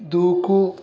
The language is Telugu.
దూకు